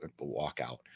walkout